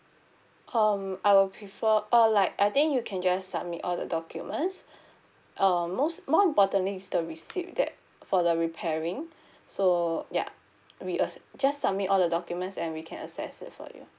um I will prefer uh like I think you can just submit all the documents um most more importantly is the receipt that for the repairing so yeah we uh just submit all the documents and we can assess it for you